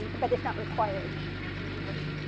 but it's not required in english.